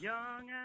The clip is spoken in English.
Young